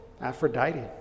Aphrodite